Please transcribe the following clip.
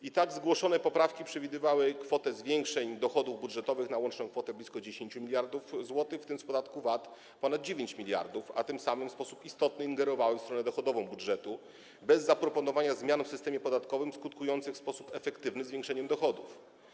I tak, zgłoszone poprawki przewidywały kwotę zwiększeń dochodów budżetowych na łączną kwotę blisko 10 mld zł, w tym z podatku VAT ponad 9 mld zł, a tym samym w sposób istotny ingerowały w stronę dochodową budżetu, bez zaproponowania zmian w systemie podatkowym skutkujących w sposób efektywny zwiększeniem dochodów.